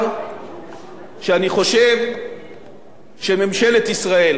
ולומר שאני חושב שממשלת ישראל